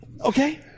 Okay